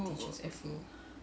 oh